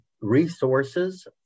resources